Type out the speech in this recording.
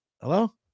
Hello